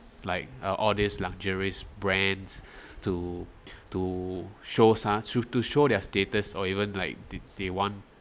like uh all this luxurious brands to to shows us to show their status or even like they they want